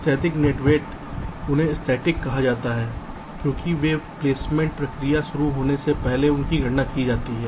स्थैतिक net weight उन्हें स्थैतिक कहा जाता है क्योंकि वे प्लेसमेंट प्रक्रिया शुरू होने से पहले उनकी गणना की जाती है